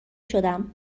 شدم